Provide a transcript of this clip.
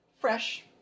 Fresh